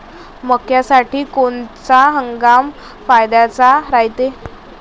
मक्क्यासाठी कोनचा हंगाम फायद्याचा रायते?